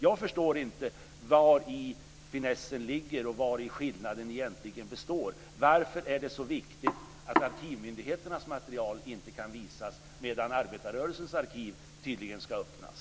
Jag förstår inte i vari finessen ligger och vari skillnaden egentligen består. Varför är det så viktigt att arkivmyndigheternas material inte kan visas medan arbetarrörelsen arkiv tydligen ska öppnas?